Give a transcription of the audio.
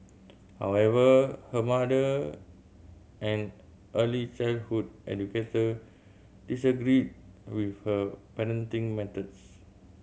however her mother an early childhood educator disagreed with her parenting methods